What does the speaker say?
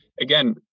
Again